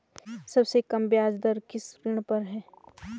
सबसे कम ब्याज दर किस ऋण पर है?